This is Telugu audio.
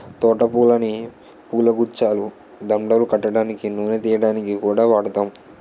తోట పూలని పూలగుచ్చాలు, దండలు కట్టడానికి, నూనె తియ్యడానికి కూడా వాడుతాం